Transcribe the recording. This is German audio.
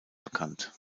bekannt